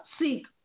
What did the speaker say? seek